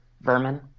vermin